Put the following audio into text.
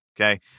Okay